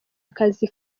akazi